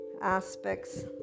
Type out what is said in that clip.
aspects